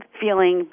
feeling